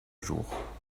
jours